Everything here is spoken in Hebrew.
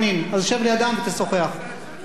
גם בצדדים קצת שקט, בבקשה.